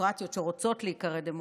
הדמוקרטיות שרוצות להיקרא דמוקרטיה,